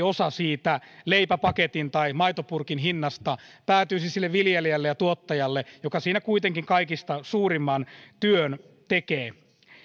osa siitä leipäpaketin tai maitopurkin hinnasta päätyisi sille viljelijälle ja tuottajalle joka siinä kuitenkin kaikista suurimman työn tekee